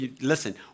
listen